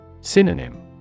Synonym